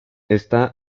está